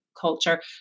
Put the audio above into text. culture